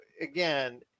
again